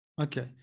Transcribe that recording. Okay